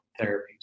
therapies